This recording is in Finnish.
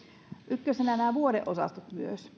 ykkösenä nostan nämä vuodeosastot sen